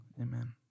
Amen